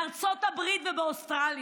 בארצות הברית ובאוסטרליה.